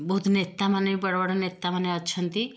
ବହୁତ ନେତାମାନେ ବଡ଼ ବଡ଼ ନେତାମାନେ ଅଛନ୍ତି